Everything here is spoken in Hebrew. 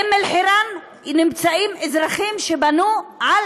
באום-אלחיראן נמצאים אזרחים שבנו על